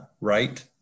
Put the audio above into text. right